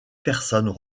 personnes